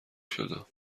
شدم